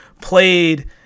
played